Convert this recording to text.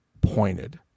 pointed